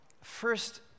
first